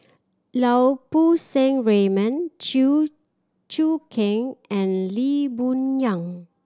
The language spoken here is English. Lau Poo Seng Raymond Chew Choo Keng and Lee Boon Yang